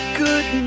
good